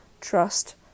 trust